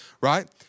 right